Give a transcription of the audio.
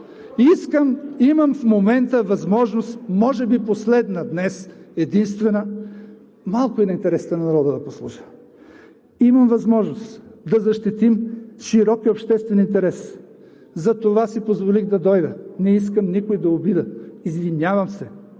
Имам в момента възможност, може би последна, днес единствена, малко да послужа на интересите на народа. Имаме възможност да защитим широкия обществен интерес. Затова си позволих да дойда, не искам никого да обидя. Извинявам се